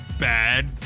Bad